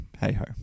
hey-ho